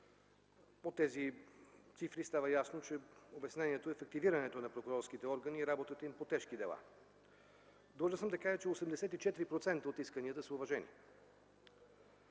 От тези цифри става ясно, че обяснението е в активирането на прокурорските органи и работата им по тежки дела. Длъжен съм да кажа, че 84% от исканията са уважени.